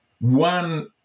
one